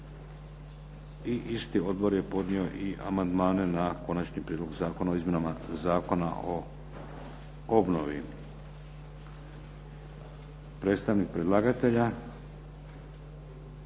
I isti odbor je podnio i amandmane na Konačni prijedlog zakona o izmjenama Zakona o obnovi. Predstavnik predlagatelja,